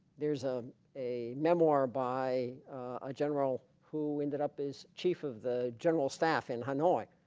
there's a a memoir by a general who ended up is chief of the general staff in hanoi